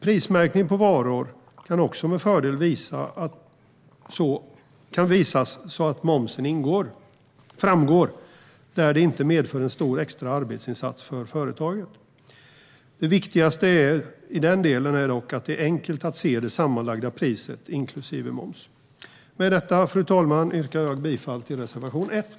Prismärkning på varor kan också med fördel visas så att momsen framgår där det inte medför en stor extra arbetsinsats för företaget. Det viktigaste i den delen är dock att det är enkelt att se det sammanlagda priset inklusive moms. Med detta, fru talman, yrkar jag bifall till reservation 1.